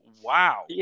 wow